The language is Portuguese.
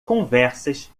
conversas